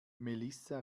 melissa